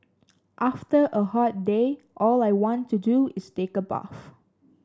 after a hot day all I want to do is take a bath